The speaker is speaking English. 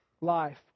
Life